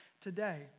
today